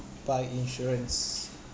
buy insurance